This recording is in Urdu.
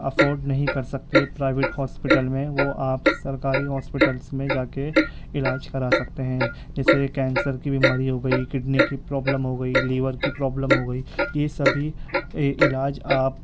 افورڈ نہیں کر سکتے پرائیویٹ ہاسپیٹل میں وہ آپ سرکاری ہاسپٹلس میں جا کے علاج کرا سکتے ہیں جیسے کینسر کی بیماری ہو گئی کڈنی کی پروبلم ہو گئی لیور کی پرابلم ہو گئی یہ سبھی علاج آپ